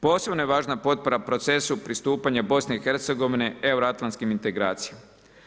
Posebno je važna potpora procesu pristupanja BiH euroatlantskim integracijama.